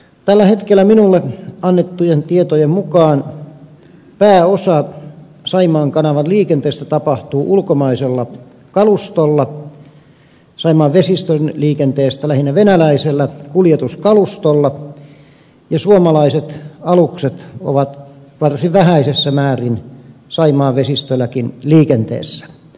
tällä hetkellä minulle annettujen tietojen mukaan pääosa saimaan kanavan liikenteestä tapahtuu ulkomaisella kalustolla saimaan vesistön liikenteestä lähinnä venäläisellä kuljetuskalustolla ja suomalaiset alukset ovat varsin vähäisessä määrin saimaan vesistöilläkin liikenteessä